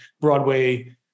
Broadway